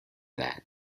that